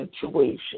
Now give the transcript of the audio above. situation